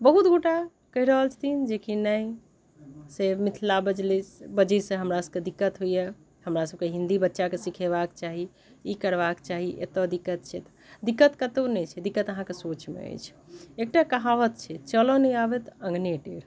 बहुत गोटए कहि रहल छथिन जे कि नहि से मिथिला बजले से बजयसँ हमरासभके दिक्कत होइए हमरासभके हिन्दी बच्चाके सिखेबाक चाही ई करबाक चाही एतय दिक्कत छै दिक्कत कतहु नहि छै दिक्कत अहाँके सोचमे अछि एकटा कहावत छै चलऽ नहि आबय तऽ अङ्गने टेढ़